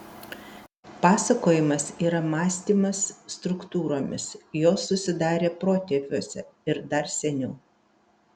pasakojimas yra mąstymas struktūromis jos susidarė protėviuose ir dar seniau